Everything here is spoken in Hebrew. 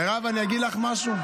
מירב, אני אגיד לך משהו?